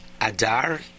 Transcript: Adar